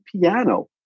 piano